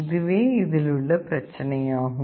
இதுவே இதிலுள்ள பிரச்சனையாகும்